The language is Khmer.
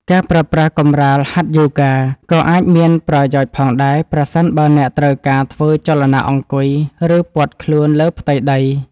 ការប្រើប្រាស់កម្រាលហាត់យូហ្គា ក៏អាចមានប្រយោជន៍ផងដែរ ប្រសិនបើអ្នកត្រូវការធ្វើចលនាអង្គុយ ឬពត់ខ្លួនលើផ្ទៃដី។